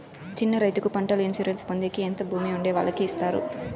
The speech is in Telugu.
చిన్న రైతుకు పంటల ఇన్సూరెన్సు పొందేకి ఎంత భూమి ఉండే వాళ్ళకి ఇస్తారు?